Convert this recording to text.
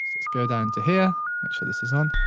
let's go down to here, make sure this is on.